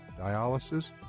dialysis